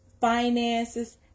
finances